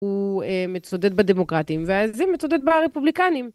הוא מצודד בדמוקרטים ואז זה מצודד ברפובליקנים.